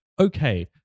okay